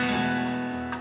yeah